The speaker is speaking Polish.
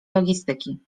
logistyki